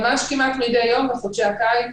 נתקלים בתופעות כאלה ממש כמעט מדי יום בחודשי הקיץ.